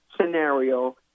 scenario